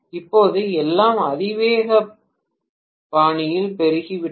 இப்போது எல்லாம் அதிவேக பாணியில் பெருகிவிட்டன